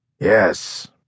Yes